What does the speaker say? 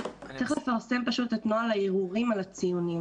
צריך לפרסם פשוט את נוהל הערעורים על ציונים.